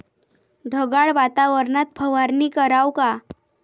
ढगाळ वातावरनात फवारनी कराव का?